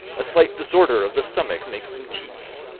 a slight disorder of the stomach makes them cheats.